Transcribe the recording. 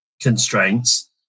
constraints